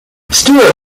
stewart